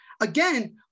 Again